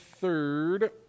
third